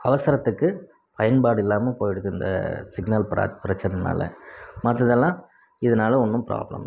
அவசரத்துக்கு பயன்பாடு இல்லாமல் போய்டுது இந்த சிக்னல் பிரச்சனனால் மற்றதெல்லாம் இதனால ஒன்றும் ப்ராப்ளம் இல்லை